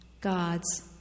God's